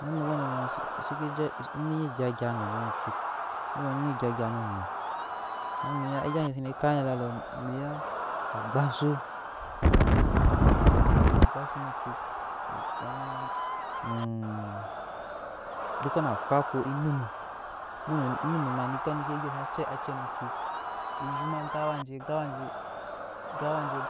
Na mek jonjonna enyi je agyap geje no cuk msk nyine enyije agyap no num ama niya aga je sana kan lals miya agabasu aa agbasu no cuk noodo ka na afahko enunu nunu ma nike gyesa acee nono cuk zhoma gan awaje gan